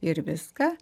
ir viską